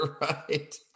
Right